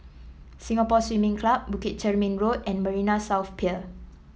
Singapore Swimming Club Bukit Chermin Road and Marina South Pier